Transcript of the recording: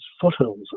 foothills